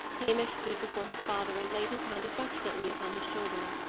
hamish stood before his father and laid his hand affectionately upon his shoulder.